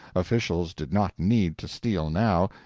officials did not need to steal now,